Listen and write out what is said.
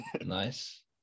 nice